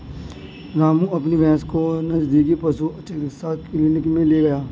रामू अपनी भैंस को नजदीकी पशु चिकित्सा क्लिनिक मे ले गया